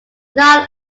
not